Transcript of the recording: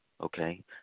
okay